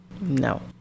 No